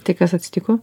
tai kas atsitiko